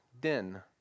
den